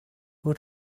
who